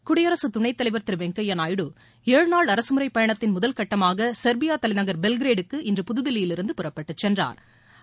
குடியரசுத் துணைத்தலைவர் திரு வெங்கையா நாயுடு ஏழு நாள் அரசுமுறைப் பயணத்தின் முதற்கட்டமாக சொ்பியா தலைநகா் பெல்கிரேடு க்கு இன்று புதுதில்லியிலிருந்து புறப்பட்டுச் சென்றாா்